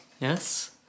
Yes